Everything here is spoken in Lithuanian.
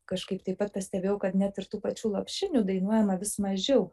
kažkaip taip pat pastebėjau kad net ir tų pačių lopšinių dainuojama vis mažiau